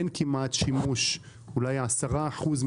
אין כמעט שימוש להוציא אולי 10 אחוזים